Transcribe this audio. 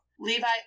Levi